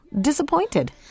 disappointed